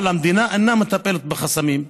אבל המדינה אינה מטפלת בחסמים,